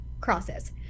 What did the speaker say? crosses